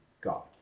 God